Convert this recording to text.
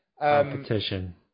competition